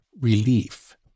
relief